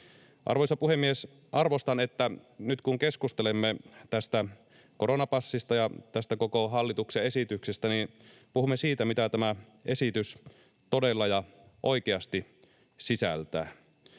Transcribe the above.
Arvoisa puhemies! Arvostan sitä, että nyt kun keskustelemme tästä koronapassista ja tästä koko hallituksen esityksestä, niin puhumme siitä, mitä tämä esitys todella ja oikeasti sisältää.